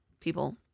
people